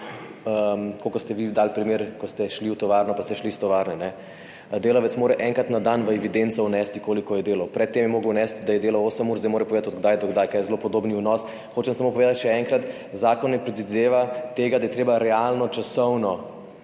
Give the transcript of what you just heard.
kot ste vi dali primer, ko ste šli v tovarno in ko ste šli iz tovarne. Delavec mora enkrat na dan v evidenco vnesti, koliko je delal, pred tem je moral vnesti, da je delal osem ur, zdaj mora povedati, od kdaj do kdaj, kar je zelo podoben vnos. Hočem samo še enkrat povedati, zakon ne predvideva tega, da je treba realno časovno